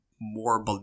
more